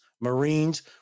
Marines